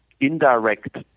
indirect